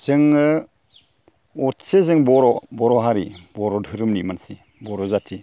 जोङो असे जों बर' बर' हारि बर' धोरोमनि मानसि बर' जाथि